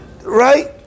Right